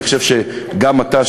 אני חושב שגם אתה,